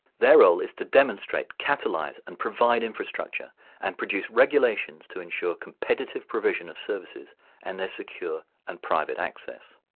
their role is to demonstrate, catalyse and provide infrastructure and produce regulations to ensure competitive provision of services and their secure and private access.